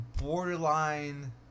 Borderline